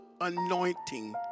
anointing